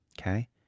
Okay